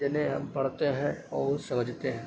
جنہیں ہم پڑھتے ہیں اور سمجھتے ہیں